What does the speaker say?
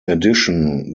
addition